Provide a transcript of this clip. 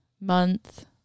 month